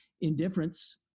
indifference